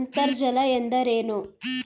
ಅಂತರ್ಜಲ ಎಂದರೇನು?